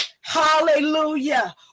hallelujah